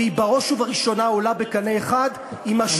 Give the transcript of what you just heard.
והיא בראש ובראשונה עומדת בקנה אחד עם השורשים שלנו,